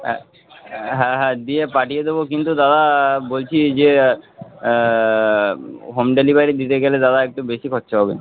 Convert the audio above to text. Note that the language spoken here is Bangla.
হ্যাঁ হ্যাঁ হ্যাঁ দিয়ে পাঠিয়ে দেবো কিন্তু দাদা বলছি যে হোম ডেলিভারি দিতে গেলে দাদা একটু বেশি খরচা হবে